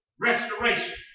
restoration